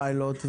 פיילוט,